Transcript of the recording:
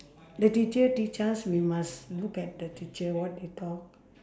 the teacher teach us we must look at the teacher what they talk